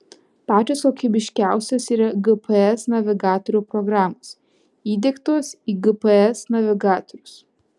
pačios kokybiškiausios yra gps navigatorių programos įdiegtos į gps navigatorius